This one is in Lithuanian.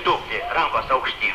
tūpti aukštyn